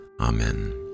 Amen